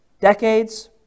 decades